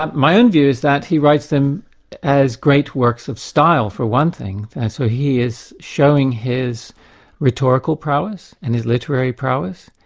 um my own view is that he writes them as great works of style, for one thing. and so he is showing his rhetorical prowess and his literary prowess,